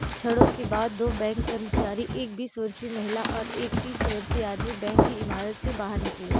कुछ क्षणों बाद दो बैंक कर्मचारी एक बीस वर्षीय महिला और एक तीस वर्षीय आदमी बैंक की इमारत से बाहर निकले